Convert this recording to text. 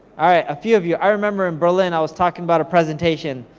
alright a few of you, i remember in berlin, i was talking about a presentation,